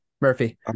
Murphy